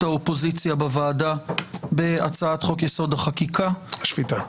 האופוזיציה בוועדה בהצעת חוק-יסוד: השפיטה.